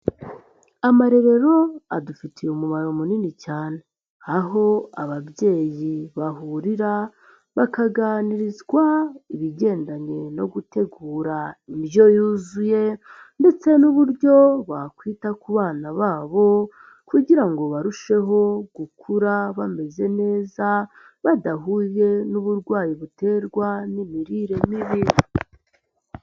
Amarerero adufitiye umumaro munini cyane, aho ababyeyi bahurira bakaganirizwa ibigendanye no gutegura indyo yuzuye ndetse n'uburyo bakwita ku bana babo kugira ngo barusheho gukura bameze neza badahuye n'uburwayi buterwa n'imirire mibi.